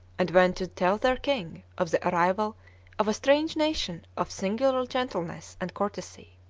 and went to tell their king of the arrival of a strange nation of singular gentleness and courtesy.